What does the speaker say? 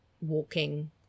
walking